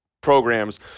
programs